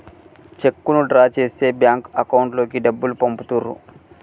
చెక్కును డ్రా చేస్తే bank account లోకి డబ్బులు పంపుతుర్రు